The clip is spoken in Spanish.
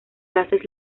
gases